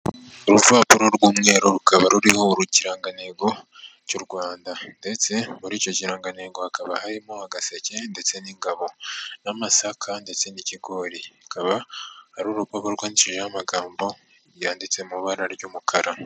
Urupapuro rw'umweru rukaba ruriho ikirangantego cy'u Rwanda ndetse muri icyo kirangantego hakaba harimo agaseke ndetse n'ingabo n'amasaka ndetse n'ikigori. Akaba ari urupapuro rwandikishijeho amagambo yanditse mu ibara ry'umukara.